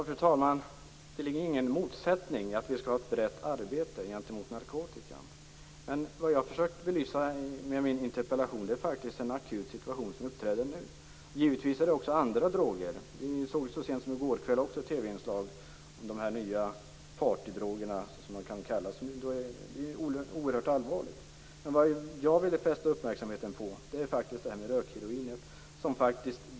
Fru talman! Det finns ingen motsättning mellan mitt förslag och ett brett arbete mot narkotikan. Vad jag försöker belysa med min interpellation är en akut situation som uppträder nu. Det gäller givetvis också andra droger. Vi såg så sent som i går kväll ett TV inslag om de nya partydrogerna, som de kan kallas. Det är oerhört allvarligt. Det jag vill fästa uppmärksamheten på är rökheroinet.